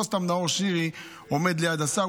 לא סתם נאור שירי עומד ליד השר.